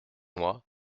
moi